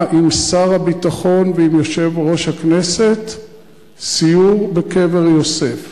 עם שר הביטחון ועם יושב-ראש הכנסת סיור בקבר יוסף.